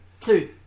two